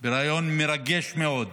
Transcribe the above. בריאיון מרגש מאוד,